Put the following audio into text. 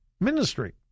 ministry